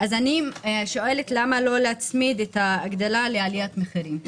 אני שואלת למה לא להצמיד את ההגדלה לעליית מחירים?